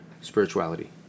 spirituality